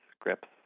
scripts